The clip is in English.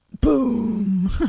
boom